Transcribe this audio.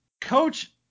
Coach